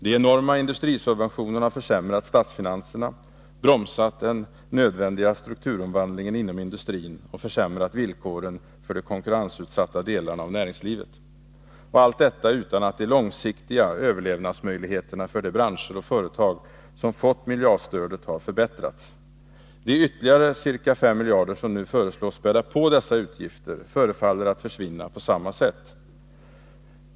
De enorma industrisubventionerna har försämrat statsfinanserna, bromsat den nödvändiga strukturomvandlingen inom industrin och försämrat villkoren för de konkurrensutsatta delarna av näringslivet. Och allt detta utan att de långsiktiga överlevnadsmöjligheterna för de branscher och företag som fått miljardstödet har förbättrats. De ytterligare ca 5 miljarder kronor som nu föreslås späda på dessa utgifter förefaller att försvinna på samma sätt.